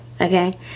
okay